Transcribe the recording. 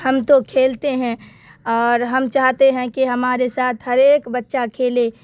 ہم تو کھیلتے ہیں اور ہم چاہتے ہیں کہ ہمارے ساتھ ہر ایک بچہ کھیلے